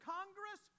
Congress